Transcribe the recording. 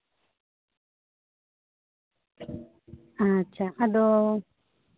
ᱟᱪᱪᱷᱟ ᱟᱫᱚ